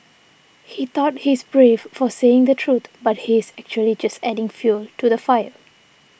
he thought he's brave for saying the truth but he's actually just adding fuel to the fire